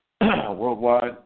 worldwide